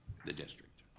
the district,